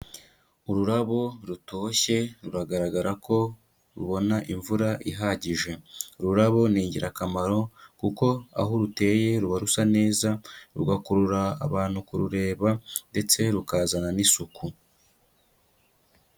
Ururabo rutoshye ruragaragara ko rubona imvura ihagije, ururabo ni ingirakamaro kuko aho ruteye ruba rusa neza, rugakurura abantu kurureba ndetse rukazana n'isuku.